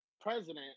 president